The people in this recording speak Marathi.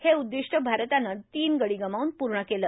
हे उद्दिस्ट भारतानं तीन गडी गमाउन पूण केलं